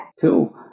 Cool